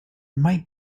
might